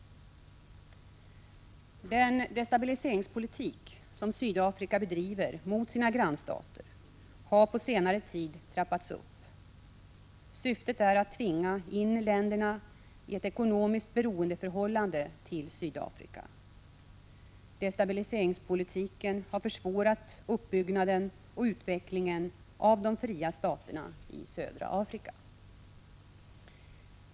Den destabiliseringspolitik som Sydafrika bedriver mot sina grannstater har på senare tid trappats upp. Syftet är att tvinga in länderna i ett ekonomiskt beroendeförhållande till Sydafrika. Destabiliseringspolitiken har försvårat uppbyggnaden och utvecklingen av de fria staterna i södra Afrika.